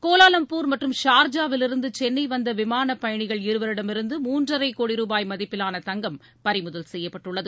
Kuala Lumpur மற்றும் Sharjah விலிருந்து சென்னை வந்த விமானப் பயணிகள் இருவரிடமிருந்து மூன்றரை கோடி ரூபாய் மதிப்பிலான தங்கம் பறிமுதல் செய்யப்பட்டுள்ளது